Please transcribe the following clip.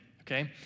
okay